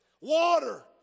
water